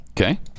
Okay